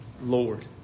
Lord